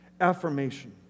Affirmation